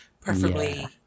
Preferably